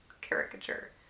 caricature